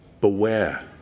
Beware